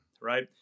right